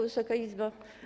Wysoka Izbo!